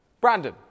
Brandon